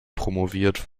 promoviert